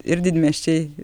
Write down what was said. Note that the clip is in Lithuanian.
ir didmiesčiai